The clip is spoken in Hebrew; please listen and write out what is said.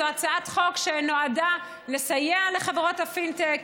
זו הצעת חוק שנועדה לסייע לחברות הפינטק,